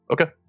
Okay